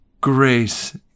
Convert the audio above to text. grace